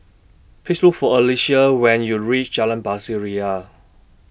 Please Look For Alecia when YOU REACH Jalan Pasir Ria